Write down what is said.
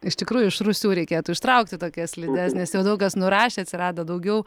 iš tikrųjų iš rūsių reikėtų ištraukti tokias slides nes jau daug kas nurašę atsirado daugiau